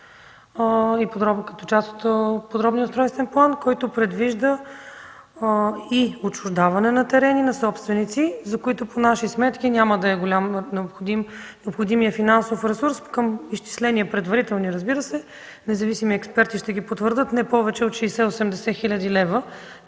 като част от подробния устройствен план, който предвижда отчуждаване на терени на собственици, за които по наши сметки няма да е необходим голям финансов ресурс. По предварителни изчисления, разбира се, независими експерти ще ги потвърдят, са не повече от 60-80 хил. лв.